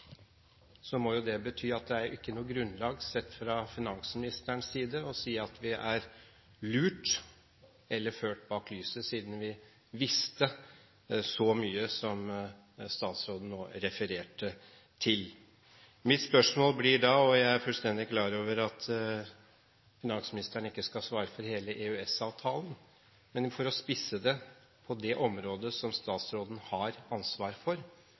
er «lurt» eller «ført bak lyset», siden vi «visste» så mye som statsråden nå refererte til. Mitt spørsmål blir da – jeg er fullstendig klar over at finansministeren ikke skal svare for hele EØS-avtalen – for å spisse det på det området statsråden har ansvaret: Er det noen som helst tvil om at EØS-avtalen har vært svært viktig for